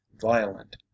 violent